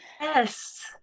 Yes